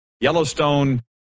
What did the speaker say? Yellowstone